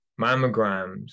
mammograms